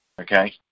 Okay